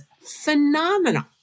phenomenal